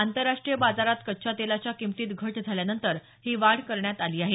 आंतरराष्ट्रीय बाजारात कच्च्या तेलाच्या किंमतीत घट झाल्यानंतर ही वाढ करण्यात आली आहे